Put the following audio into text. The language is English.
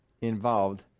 involved